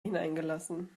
hineingelassen